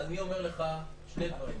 אני אומר לך שני דברים.